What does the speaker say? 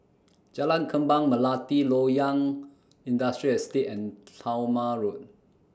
Jalan Kembang Melati Loyang Industrial Estate and Talma Road